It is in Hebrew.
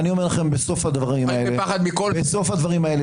בסוף הדברים האלה,